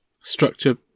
structure